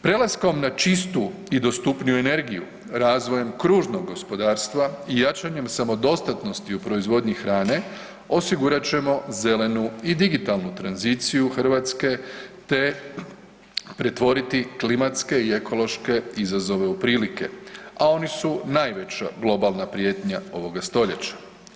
Prelaskom na čistu i dostupniju energiju razvojem kružnog gospodarstva i jačanjem samodostatnosti u proizvodnji hrane, osigurat ćemo zelenu i digitalnu tranziciju Hrvatske te pretvoriti klimatske i ekološke izazove u prilike a oni su najveća globalna prijetnja ovoga stoljeća.